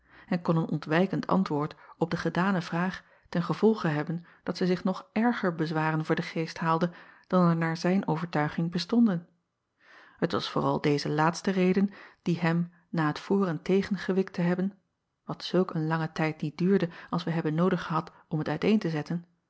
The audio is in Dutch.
en kon een ontwijkend antwoord op de gedane vraag ten gevolge hebben dat zij zich nog erger bezwaren voor den geest haalde dan er naar zijn overtuiging bestonden et was vooral deze laatste reden die hem na het voor en tegen gewikt te hebben wat zulk een langen tijd niet duurde als wij hebben noodig gehad om het uiteen te zetten